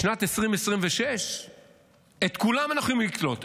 בשנת 2026 את כולם אנחנו יכולים לקלוט,